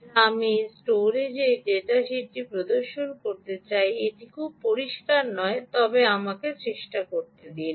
যা আমি এই স্টোরেজ এই ডেটা শীটটি প্রদর্শন করতে চাই এটি খুব পরিষ্কার নয় তবে আমাকে চেষ্টা করতে দিন